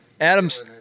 Adam's